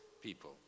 people